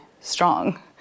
strong